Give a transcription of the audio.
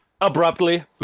Abruptly